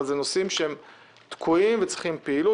אבל זה נושאים תקועים וצריכים פעילות.